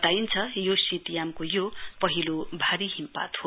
बताइन्छ यो शीत यामको यो पहिलो भारी हिमपात हो